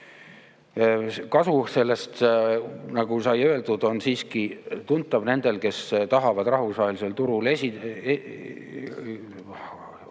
Kasu sellest, nagu sai öeldud, on siiski tuntav nendel, kes tahavad rahvusvahelisel turul